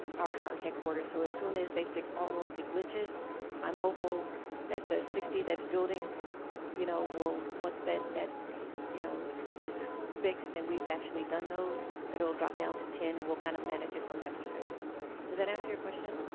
our higher headquarters so as soon as they fix all of the glitches i'm hopeful that the sixty that's building you know will once that that you know switch is fixed and we've actually done those that will drop down to ten and we'll kind of manage it from that perspective does that answer your question